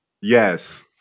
Yes